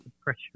pressure